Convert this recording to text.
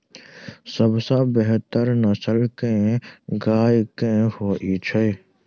सबसँ बेहतर नस्ल केँ गाय केँ होइ छै?